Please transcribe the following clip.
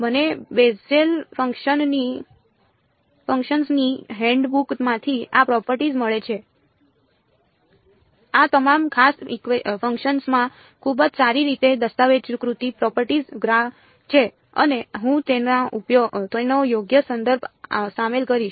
મને બેસેલ ફંક્શન્સની હેન્ડબુકમાંથી આ પ્રોપર્ટીઝ મળે છે આ તમામ ખાસ ફંક્શન્સમાં ખૂબ જ સારી રીતે દસ્તાવેજીકૃત પ્રોપર્ટીઝ ગ્રાફ છે અને હું તેનો યોગ્ય સંદર્ભ સામેલ કરીશ